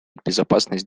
безопасность